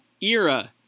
era